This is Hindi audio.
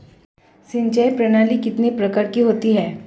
सिंचाई प्रणाली कितने प्रकार की होती हैं?